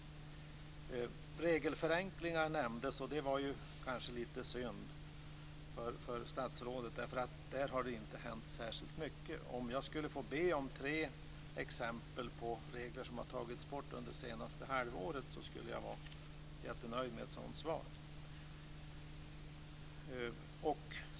Regelförenklingar nämndes. Det var kanske lite synd för statsrådet, därför att där har det inte hänt särskilt mycket. Om jag kunde få be om tre exempel på regler som har tagits bort under det senaste halvåret skulle jag vara mycket nöjd med ett sådant svar.